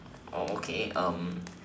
oh okay um